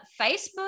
Facebook